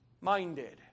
minded